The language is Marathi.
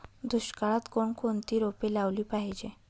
दुष्काळात कोणकोणती रोपे लावली पाहिजे?